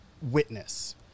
witness